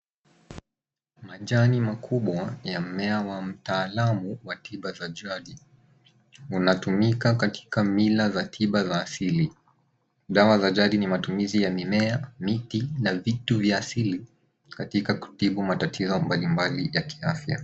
Majani makubwa ya mmea wa mtaalamu wa tiba za jadi, unatumika katika mila za tiba za asili. Dawa za jadi ni matumizi ya mimea, miti, na vitu vya asili, katika kutibu matatizo mbalimbali ya kiafya.